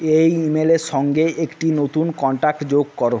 এই ইমেলের সঙ্গে একটি নতুন কন্ট্যাক্ট যোগ করো